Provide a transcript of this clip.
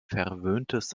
verwöhntes